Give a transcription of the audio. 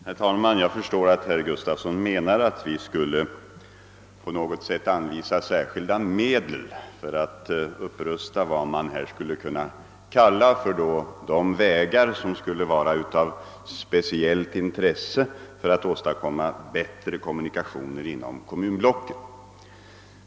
Herr talman! Jag förstår att herr Gus tavsson i Alvesta menar att vi på något sätt skulle anvisa särskilda medel för att upprusta vad man kan kalla vägar av speciellt intresse för att åstadkomma bättre kommunikationer inom kommunblocken.